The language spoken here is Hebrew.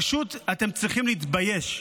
אתם פשוט צריכים להתבייש.